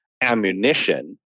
ammunition